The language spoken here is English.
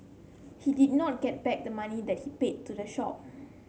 he did not get back the money that he paid to the shop